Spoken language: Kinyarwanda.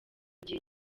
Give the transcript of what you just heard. gihe